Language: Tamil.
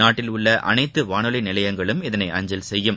நாட்டில் உள்ள அனைத்து வானொலி நிலையங்களும் இதனை அஞ்சல் செய்யும்